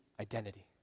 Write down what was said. identity